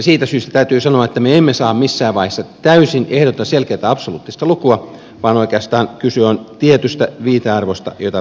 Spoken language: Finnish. siitä syystä täytyy sanoa että me emme saa missään vaiheessa täysin ehdotonta selkeätä absoluuttista lukua vaan oikeastaan kyse on tietystä viitearvosta jota pitää käyttää